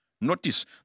notice